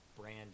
brand